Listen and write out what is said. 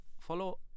follow